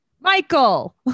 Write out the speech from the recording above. Michael